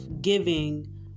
giving